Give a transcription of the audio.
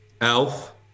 Elf